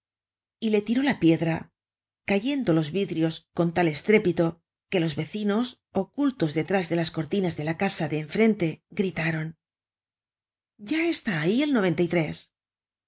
y le tiró la piedra cayendo los vidrios con tal estrépito que los vecinos ocultos detrás de las cortinas de la casa de en frente gritaron ya está ahí el noventa y tres